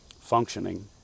functioning